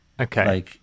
Okay